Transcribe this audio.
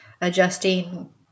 adjusting